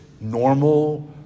normal